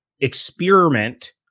experiment